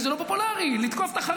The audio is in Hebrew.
כי זה לא פופולרי לתקוף את החרדים.